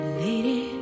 lady